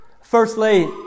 Firstly